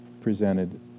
presented